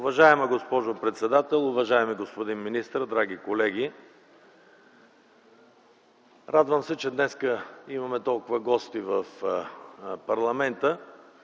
Уважаема госпожо председател, уважаеми господин министър, драги колеги! Радвам се, че днес имаме толкова гости в парламента.